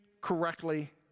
correctly